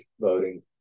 voting